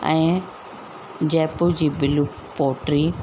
ऐं जयपुर जी blue pottery